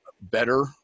better